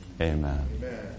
Amen